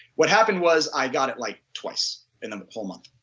what happened was, i got it like twice in the whole month.